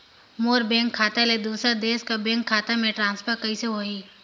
मोर bank खाता ले दुसर देश के बैंक खाता मे ट्रांसफर कइसे होही?